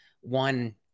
one